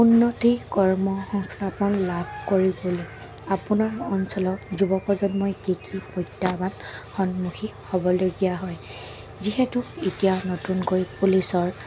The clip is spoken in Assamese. উন্নতি কৰ্ম সংস্থাপন লাভ কৰিবলৈ আপোনাৰ অঞ্চলত যুৱপ্ৰজন্মই কি কি প্ৰত্যাহ্বান সন্মুখীন হ'বলগীয়া হয় যিহেতু এতিয়া নতুনকৈ পুলিচৰ